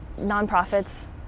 nonprofits